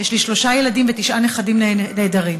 יש לי שלושה ילדים ותשעה נכדים נהדרים.